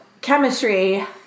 chemistry –